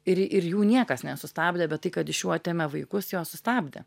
ir ir jų niekas nesustabdė bet tai kad iš jų atėmė vaikus juos sustabdė